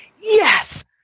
yes